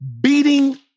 beating